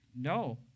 no